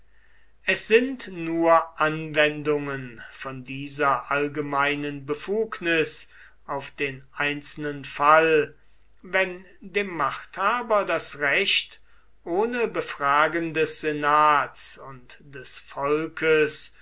es sind nur anwendungen von dieser allgemeinen befugnis auf den einzelnen fall wenn dem machthaber das recht ohne befragen des senats und des volkes